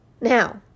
Now